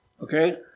Okay